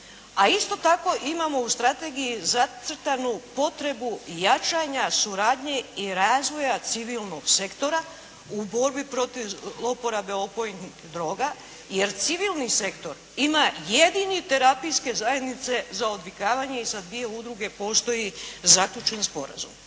a isto tako imamo u strategiji zacrtanu potrebu jačanja suradnje i razvoja civilnog sektora u borbi protiv zlouporabe opojnih droga. Jer civilni sektor ima jedini terapijske zajednice za odvikavanje i za dvije udruge postoji zaključen sporazum.